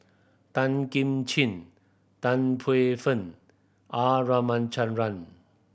Tan Kim Ching Tan Paey Fern R Ramachandran